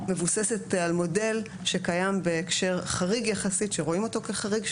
מבוססת על מודל שקיים בהקשר חריג יחסית ורואים אותו כחריג,